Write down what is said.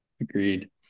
Agreed